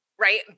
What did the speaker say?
right